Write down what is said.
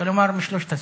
כלומר, משלוש הסיעות,